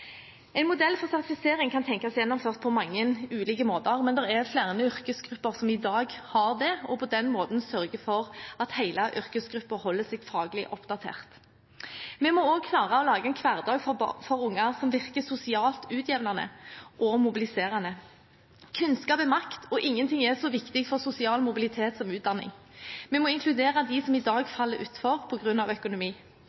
En modell for sertifisering kan tenkes gjennomført på mange ulike måter, men det er flere yrkesgrupper som i dag har det, og som på den måten sørger for at hele yrkesgruppen holder seg faglig oppdatert. Vi må også klare å lage en hverdag for barn som virker sosialt utjevnende og mobiliserende. Kunnskap er makt, og ingenting er så viktig for sosial mobilitet som utdanning. Vi må inkludere dem som i dag faller utenfor pga. økonomi. Etter at vi har innført gratis kjernetid i